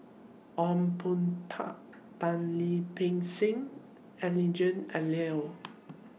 Ong Boon Tat Tan Lip Ping Seng